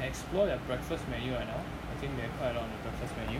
explore their breakfast menu right now I think there are quite a lot on the breakfast menu